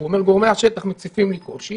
הוא אומר: גורמי השטח מציפים לי קושי